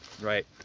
Right